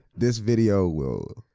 this video will,